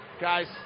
guys